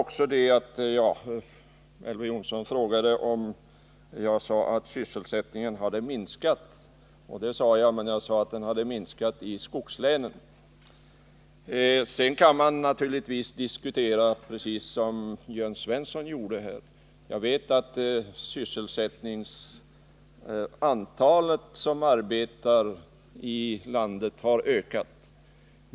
Elver Jonsson frågade om jag sade att sysselsättningen hade minskat, och det sade jag. Men jag sade att den hade minskat i skogslänen. Naturligtvis kan man, som Jörn Svensson gjorde, diskutera den totala arbetsvolymen. Jag vet att antalet sysselsatta i landet har ökat.